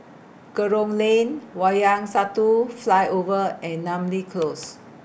Kerong Lane Wayang Satu Flyover and Namly Close